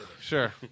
sure